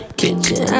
kitchen